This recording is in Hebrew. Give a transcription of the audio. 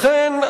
לכן,